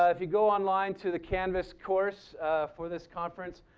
ah if you go online to the canvas course for this conference,